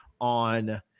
on